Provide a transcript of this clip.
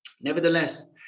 Nevertheless